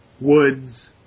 Woods